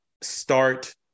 start